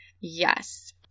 Yes